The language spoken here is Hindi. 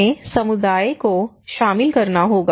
हमें समुदाय को शामिल करना होगा